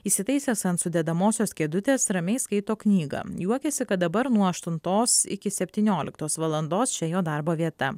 įsitaisęs ant sudedamosios kėdutės ramiai skaito knygą juokiasi kad dabar nuo aštuntos iki septynioliktos valandos čia jo darbo vieta